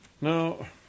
Now